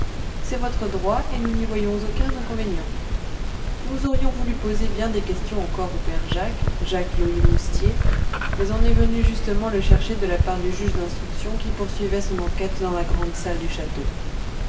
c'est votre droit et nous n'y voyons aucun inconvénient nous aurions voulu poser bien des questions encore au père jacques jacques louis moustier mais on est venu justement le chercher de la part du juge d'instruction qui poursuivait son enquête dans la grande salle du château